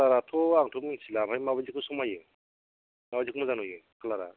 कालाराथ' आंथ' मिथिला ओमफ्राय माबादिखौ समायो माबादिखौ मोजां नुयो कालारा